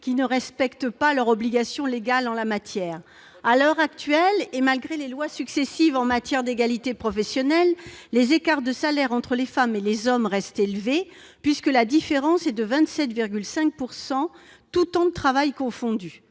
qui ne respectent pas leurs obligations légales en la matière. À l'heure actuelle, et malgré les lois successives en matière d'égalité professionnelle, les écarts de salaire entre les femmes et les hommes restent élevés, puisque la différence est de 27,5 %, tous temps de travail confondus.